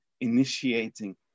initiating